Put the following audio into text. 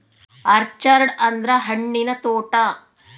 orchard ಅಂದ್ರ ಹಣ್ಣಿನ ತೋಟ